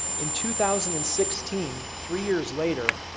in two thousand and sixteen, three years later,